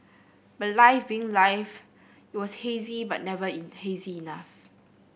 but life being life it was hazy but never in hazy enough